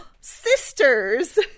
Sisters